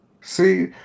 See